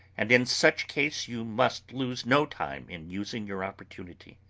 and in such case you must lose no time in using your opportunity.